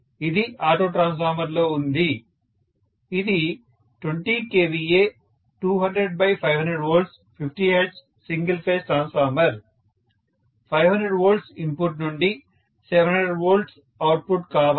ఇది ఆటో ట్రాన్స్ఫార్మర్లో ఉంది ఇది 20 kVA 200500 V 50 Hz single phase transformer 500 volts input నుండి 700 V అవుట్పుట్ కావాలి